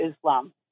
Islam